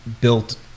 built